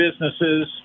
businesses